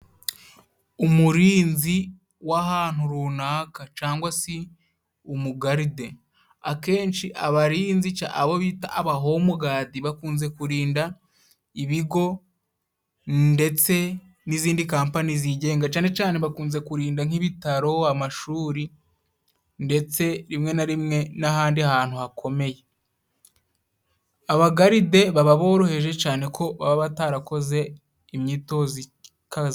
Umurinzi w'ahantu runaka cangwa se umugaride. Akenshi abarinzi ca abo bita abahomu gadi bakunze kurinda ibigo ndetse n'izindi kampanyi zigenga, cane cane bakunze kurinda nk'ibitaro, amashuri ndetse rimwe na rimwe n'ahandi hantu hakomeye. Abagaride baba boroheje cane ko batarakoze imyitozo zikaze.